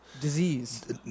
disease